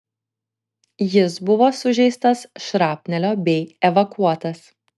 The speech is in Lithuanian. jis buvo sužeistas šrapnelio bei evakuotas